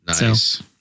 Nice